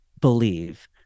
believe